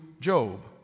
Job